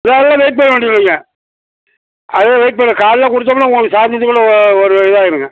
இல்லை அதெல்லாம் வெயிட் பண்ண வேண்டியது இல்லைங்க அதெல்லாம் வெயிட் பண்ண காலைல கொடுத்தம்னா உங்களுக்கு சாயந்தரத்துக்குள்ள ஒ ஒரு இது ஆயிடுங்க